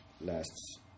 lasts